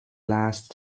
last